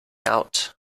out